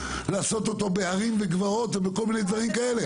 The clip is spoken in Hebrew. לעשות אותו בהרים וגבעות ובכל מיני דברים כאלה,